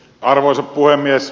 arvoisa puhemies